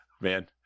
man